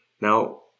now